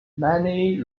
many